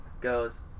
goes